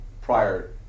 prior